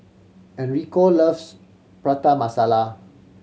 Enrico loves Prata Masala